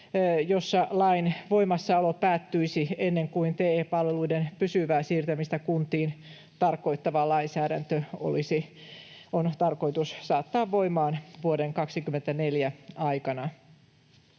jossa lain voimassaolo päättyisi ennen kuin TE-palveluiden pysyvää siirtämistä kuntiin tarkoittava lainsäädäntö on tarkoitus saattaa voimaan, vuoden 24 aikana.